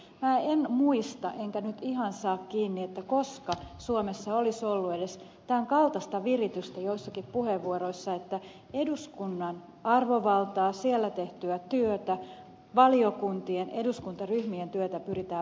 minä en muista enkä nyt ihan saa kiinni että koska suomessa olisi ollut edes tämän kaltaista viritystä joissakin puheenvuoroissa että eduskunnan arvovaltaa siellä tehtyä työtä valiokuntien eduskuntaryhmien työtä pyritään vähättelemään